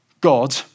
God